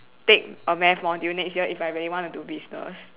take a math module next year if I really want to do business